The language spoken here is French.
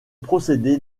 procédé